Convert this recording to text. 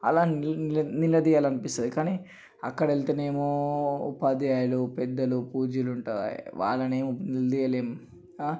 అలా నిల నిలదీయాలనిపిస్తుంది కానీ అక్కడెల్తనేమో ఉపాధ్యాయులు పెద్దలు పూజ్యులుంటారు వాళ్లని ఏం నిలదీయలెం ఆ